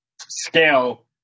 scale